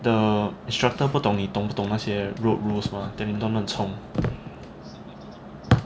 the instructor 不懂你懂不懂那些 road rules mah then 乱乱冲